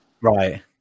Right